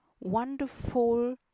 wonderful